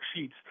sheets